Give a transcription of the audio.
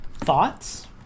Thoughts